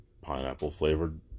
pineapple-flavored